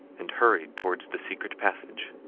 and hurried towards the secret passage.